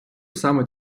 саме